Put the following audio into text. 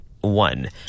one